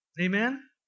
Amen